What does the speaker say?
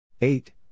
eight